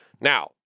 Now